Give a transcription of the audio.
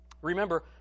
Remember